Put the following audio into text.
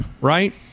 right